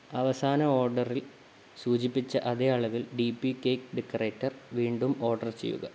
അവസാന ഓർഡറിൽ സൂചിപ്പിച്ച അതേ അളവിൽ ഡി പി കേക്ക് ഡെക്കറേറ്റർ വീണ്ടും ഓർഡർ ചെയ്യുക